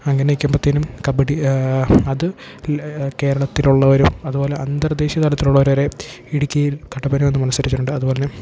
അങ്ങനെ ഇരിക്കുമ്പോഴ്ത്തേനും കബഡി അത് കേരളത്തിൽ ഉള്ളവരും അതുപോലെ അന്തർ ദേശീയ തലത്തിലുള്ളവർ വരെ ഇടുക്കിയിൽ കട്ടപ്പന വന്ന് മത്സരിച്ചിട്ടുണ്ട് അതു പോലെ തന്നെ